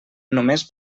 només